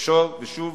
ושוב,